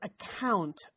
account